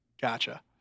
Gotcha